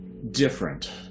different